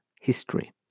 history